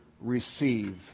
receive